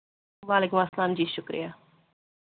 وَعلیکُم اَسَلام جی شُکریہ